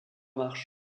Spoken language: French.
marches